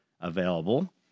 available